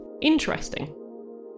interesting